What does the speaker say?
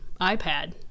ipad